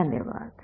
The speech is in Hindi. धन्यवाद